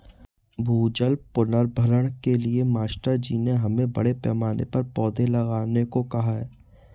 भूजल पुनर्भरण के लिए मास्टर जी ने हमें बड़े पैमाने पर पौधे लगाने को कहा है